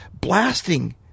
blasting